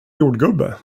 jordgubbe